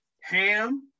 ham